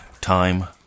Time